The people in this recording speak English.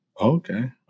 Okay